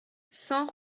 cent